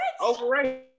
Overrated